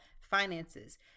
finances